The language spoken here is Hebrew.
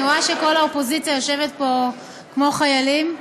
אני רואה שכל האופוזיציה יושבת פה כמו חיילים,